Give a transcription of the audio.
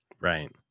Right